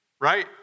right